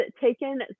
taken